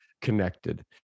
connected